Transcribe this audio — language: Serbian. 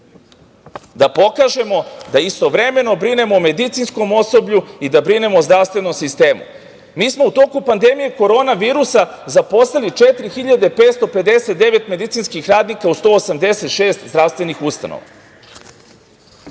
da pokažemo da istovremeno brinemo o medicinskom osoblju i da brinemo o zdravstvenom sistemu. Mi smo u toku pandemije koronavirusa zaposlili 4.559 medicinskih radnika u 186 zdravstvenih ustanova.